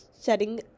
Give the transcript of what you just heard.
setting